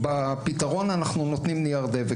הפתרון שאנחנו נותנים הוא נייר דבק.